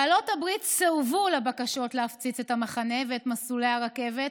בעלות הברית סירבו לבקשות להפציץ את המחנה ואת מסלולי הרכבת